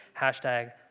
hashtag